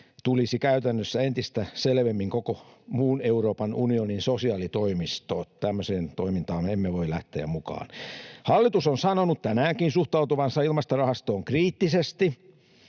tulisi käytännössä entistä selvemmin koko muun Euroopan unionin sosiaalitoimisto — tämmöiseen toimintaan me emme voi lähteä mukaan. Hallitus on sanonut tänäänkin suhtautuvansa ilmastorahastoon kriittisesti,